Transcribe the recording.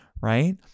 right